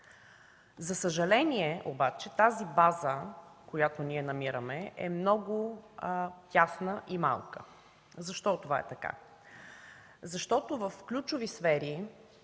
За съжаление обаче, тази база, която намираме, е много тясна и малка. Защо това е така? В ключови сфери,